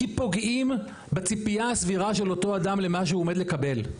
כי פוגעים בציפייה הסבירה של אותו אדם למה שהוא עומד לקבל.